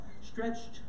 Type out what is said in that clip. stretched